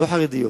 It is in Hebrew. לא חרדיות,